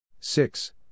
six